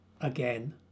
again